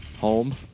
Home